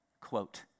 quote